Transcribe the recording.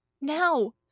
Now